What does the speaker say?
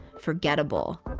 forgettable.